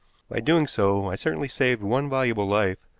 by doing so i certainly saved one valuable life,